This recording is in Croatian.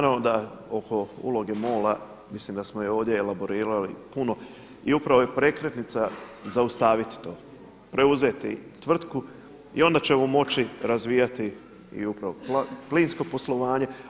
Naravno da oko uloge MOL-a mislim da smo je ovdje elaborirali puno i upravo je prekretnica zaustaviti to, preuzeti tvrtku i onda ćemo moći razvijati i plinsko poslovanje.